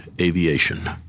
aviation